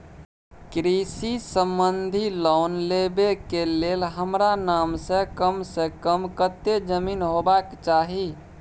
कृषि संबंधी लोन लेबै के के लेल हमरा नाम से कम से कम कत्ते जमीन होबाक चाही?